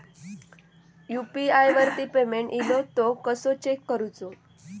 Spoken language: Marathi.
यू.पी.आय वरती पेमेंट इलो तो कसो चेक करुचो?